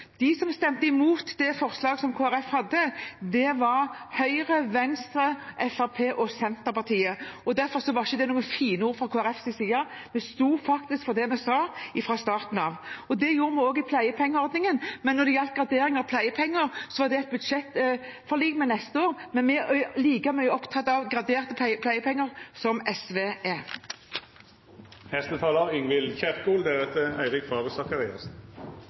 De som stemte imot det forslaget som Kristelig Folkeparti hadde, var Høyre, Venstre, Fremskrittspartiet og Senterpartiet. Derfor var det ikke noen «fine ord» fra Kristelig Folkepartis side. Vi sto faktisk for det vi sa fra starten av. Det gjorde vi også i pleiepengeordningen, men når det gjaldt gradering av pleiepenger, var det et budsjettforlik. Men vi er like mye opptatt av graderte pleiepenger som SV er. Representanten Ingvild Kjerkol